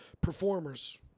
performers